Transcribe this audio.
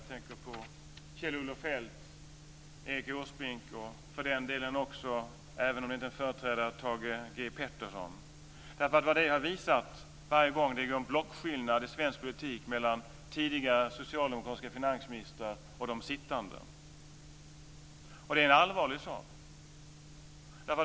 Jag tänker på Kjell-Olof Feldt, Erik Åsbrink och för den delen också Thage G. Peterson, även om han inte är någon företrädare. Vad de har visat är att det går en blockskillnad i svensk politik mellan tidigare socialdemokratiska finansministrar och sittande. Det är en allvarlig sak.